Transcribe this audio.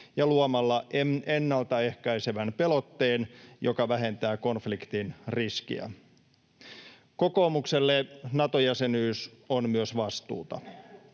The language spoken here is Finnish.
ja luomalla ennaltaehkäisevän pelotteen, joka vähentää konfliktien riskiä. Kokoomukselle Nato-jäsenyys on myös vastuuta.